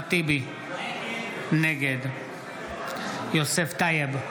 אחמד טיבי, נגד יוסף טייב,